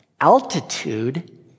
altitude